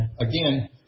again